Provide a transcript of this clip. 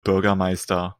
bürgermeister